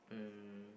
um